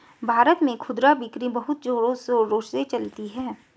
भारत में खुदरा बिक्री बहुत जोरों शोरों से चलती है